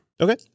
Okay